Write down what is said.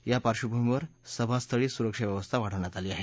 या पार्बंभूमीवर सभास्थळी सुरक्षा व्यवस्था वाढवण्यात आली आहे